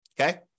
Okay